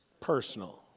personal